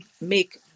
make